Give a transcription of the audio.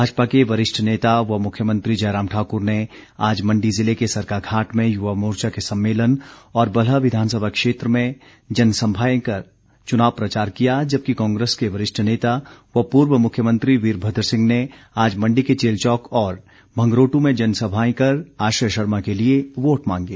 भाजपा के वरिष्ठ नेता व मुख्यमंत्री जयराम ठाकुर ने आज मंडी जिले के सरकाघाट में युवामोर्चा के सम्मेलन और बल्ह विधानसभा क्षेत्र में जनसभाएं कर चुनाव प्रचार किया जबकि कांग्रेस के वरिष्ठ नेता व पूर्व मुख्यमंत्री वीरभद्र सिंह ने आज मंडी के चैलचौक और भंगरोटू में जनसभाएं कर आश्रय शर्मा के लिए वोट मांगे